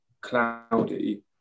cloudy